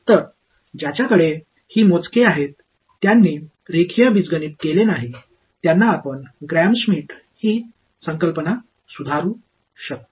तर ज्यांच्याकडे काही मोजके आहेत ज्यांनी रेखीय बीजगणित केले नाही त्यांना आपण ग्राम श्मिट ही संकल्पना सुधारू शकता